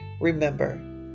remember